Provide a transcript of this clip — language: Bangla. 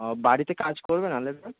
বাড়িতে কাজ করবেন